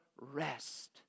rest